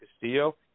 Castillo